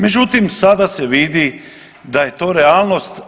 Međutim, sada se vidi da je to realnost.